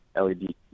LED